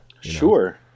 Sure